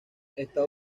está